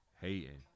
hating